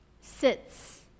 sits